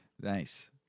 Nice